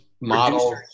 models